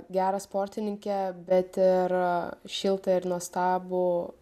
gerą sportininkę bet ir šiltą ir nuostabų